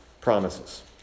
promises